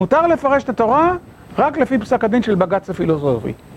מותר לפרש את התורה רק לפי פסק הדין של בגץ הפילוסופי.